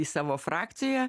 į savo frakciją